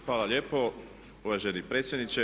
Hvala lijepo uvaženi predsjedniče.